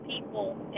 People